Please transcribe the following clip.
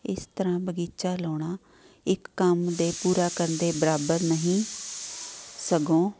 ਇਸ ਤਰ੍ਹਾਂ ਬਗੀਚਾ ਲਾਉਣਾ ਇੱਕ ਕੰਮ ਦੇ ਪੂਰਾ ਕਰਨ ਦੇ ਬਰਾਬਰ ਨਹੀਂ ਸਗੋਂ